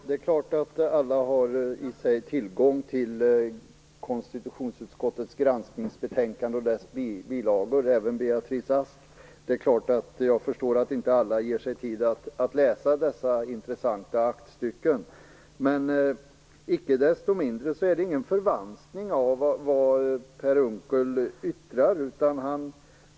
Herr talman! Alla har tillgång till konstitutionsutskottets granskningsbetänkande och dess bilagor - även Beatrice Ask. Jag förstår att alla inte ger sig tid att läsa dessa intressanta aktstycken. Icke desto mindre är det jag säger ingen förvanskning av vad Per Unckel yttrar.